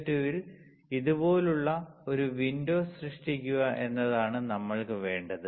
SiO2 ൽ ഇതുപോലുള്ള ഒരു വിൻഡോ സൃഷ്ടിക്കുക എന്നതാണ് നമ്മൾക്ക് വേണ്ടത്